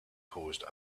caused